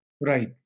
Right